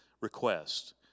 Request